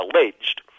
alleged